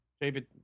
David